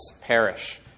perish